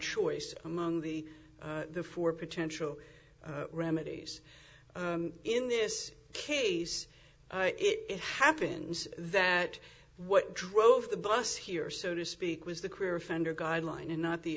choice among the four potential remedies in this case it happens that what drove the bus here so to speak was the career offender guideline and not the